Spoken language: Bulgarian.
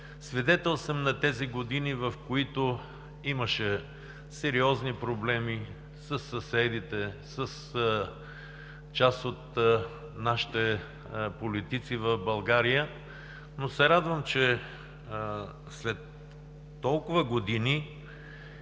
Свидетел съм на тези години, в които имаше сериозни проблеми със съседите, с част от нашите политици в България, но се радвам, че след толкова години